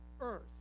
earth